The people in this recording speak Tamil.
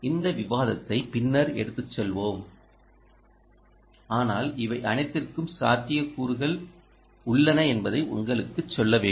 இந்த விவாதத்தை பின்னர் எடுத்துச் செல்வோம் ஆனால் இவை அனைத்தும் சாத்தியக்கூறுகள் என்பதை உங்களுக்குச் சொல்ல வேண்டும்